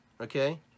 okay